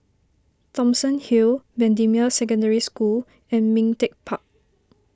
Thomson Hill Bendemeer Secondary School and Ming Teck Park